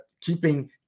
keeping